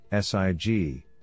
SIG